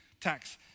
tax